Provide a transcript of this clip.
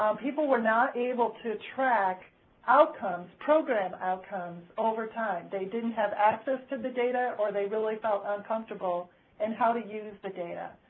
um people were not able to track outcomes, program outcomes, over time. they didn't have access to the data or they really felt uncomfortable in how to use the data.